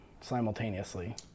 simultaneously